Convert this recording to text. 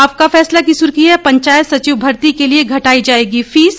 आपका फैसला की सुर्खी है पंचायत सचिव भर्ती के लिए घटाई जाएगी फीस